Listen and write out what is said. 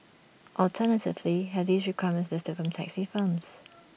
alternatively have these requirements lifted from taxi firms